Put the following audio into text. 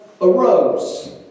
arose